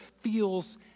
feels